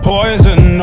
Poison